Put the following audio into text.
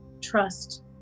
trust